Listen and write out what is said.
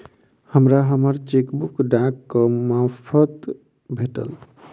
हमरा हम्मर चेकबुक डाकक मार्फत भेटल